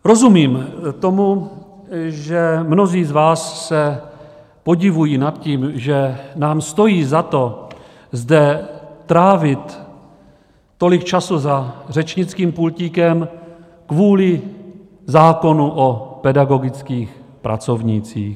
Rozumím tomu, že mnozí z vás se podivují nad tím, že nám stojí za to zde trávit tolik času za řečnickým pultíkem kvůli zákonu o pedagogických pracovnících.